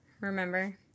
remember